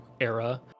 era